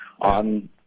on